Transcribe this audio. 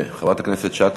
חברת הכנסת שטה,